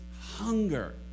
hunger